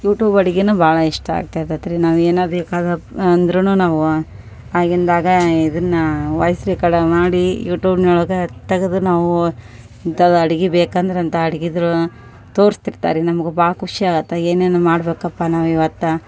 YouTube ಅಡಿಗೆನು ಭಾಳ ಇಷ್ಟ ಆಗ್ತೆದತಿ ರೀ ನಾವು ಏನ ಬೇಕಾದಪು ಅಂದರೂನು ನಾವ ಆಗಿಂದಾಗ ಇದನ್ನ ವಾಯ್ಸ್ ರೆಕಾರ್ಡ ಮಾಡಿ ಯುಟೂಬ್ನೊಳಗ ತೆಗದು ನಾವು ಇಂಥದ ಅಡಿಗಿ ಬೇಕಂದ್ರ ಅಂತ ಅಡ್ಗಿದ್ರು ತೋರ್ಸ್ತಿರ್ತಾರ ರೀ ನಮಗೂ ಭಾಳ ಖುಷಿಯಾಗತ್ತ ಏನೇನು ಮಾಡ್ಬೇಕಪ್ಪ ನಾವು ಇವತ್ತ